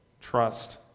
Trust